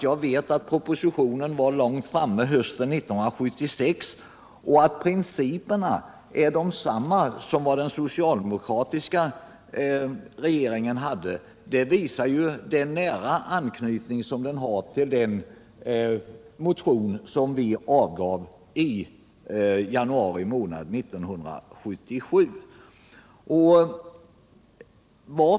Jag vet att propositionen var långt framme hösten 1976 — och att principerna är desamma som den socialdemokratiska regeringen föreslog visar den nära anknytning som propositionen har till den motion som vi avgav i januari 1977.